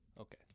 Okay